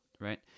right